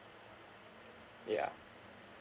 ya